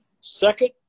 Second